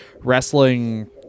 wrestling